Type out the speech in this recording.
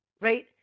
right